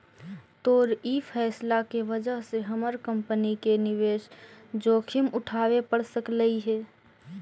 तोर ई फैसला के वजह से हमर कंपनी के निवेश जोखिम उठाबे पड़ सकलई हे